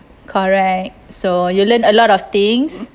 correct so you learn a lot of things